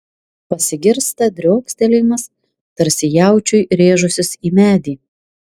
pasigirsta driokstelėjimas tarsi jaučiui rėžusis į medį